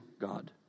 God